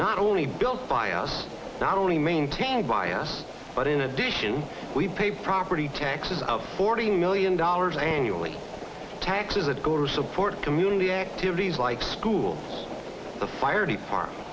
not only built by us not only maintained by us but in addition we pay property taxes of forty million dollars annually taxes that go to support community activities like schools the fire